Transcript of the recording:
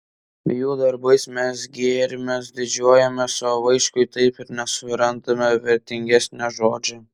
jų darbais mes gėrimės didžiuojamės o vaičkui taip ir nesurandame vertingesnio žodžio